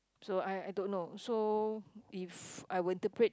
so I I don't know so if I will interpret